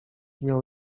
miał